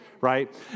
right